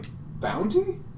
bounty